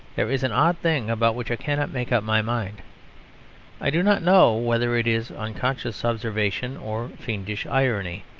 there is an odd thing about which i cannot make up my mind i do not know whether it is unconscious observation or fiendish irony.